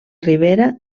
ribera